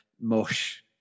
mush